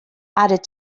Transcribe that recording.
added